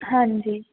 ਹਾਂਜੀ